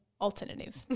alternative